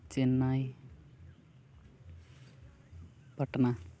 Chennai Patna